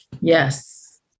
Yes